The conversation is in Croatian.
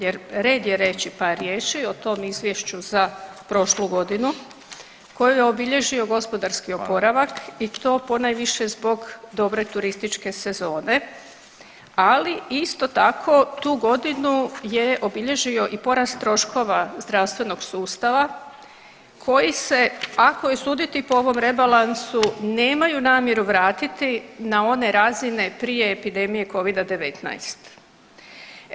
Jer red je reći par riječi o tome izvješću za prošlu godinu koji je obilježio gospodarski oporavak i to ponajviše zbog dobre turističke sezone ali isto tako, tu godinu je obilježio i porast troškova zdravstvenog sustava koji se, ako je suditi po ovom rebalansu, nemaju namjeru vratiti na one razine prije epidemije COVID-a 19.